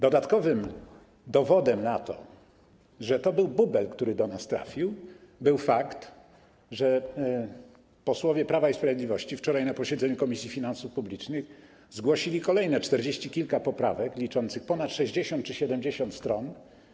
Dodatkowym dowodem na to, że to był bubel, który do nas trafił, był fakt, że posłowie Prawa i Sprawiedliwości wczoraj na posiedzeniu Komisji Finansów Publicznych zgłosili kolejne poprawki, czterdzieści kilka poprawek liczących ponad 60 czy 70 stron.